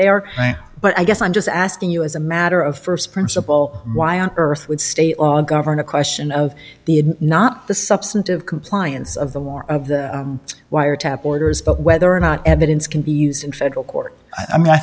they are but i guess i'm just asking you as a matter of st principle why on earth would state govern a question of the it not the substantive compliance of the war of the wiretap orders but whether or not evidence can be used in federal court i mean i